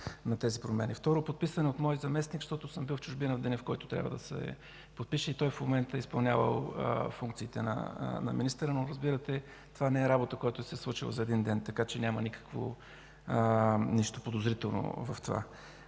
на тези промени. Второ, подписана е от моя заместник, защото съм бил в чужбина, в деня, в който е трябвало да се подпише и той в момента е изпълнявал функциите на министър. Но разбирате, че това не е работа, която се случва за един ден, така че няма нищо подозрително в това.